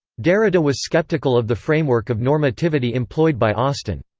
derrida was sceptical of the framework of normativity employed by austin.